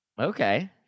Okay